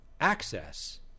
access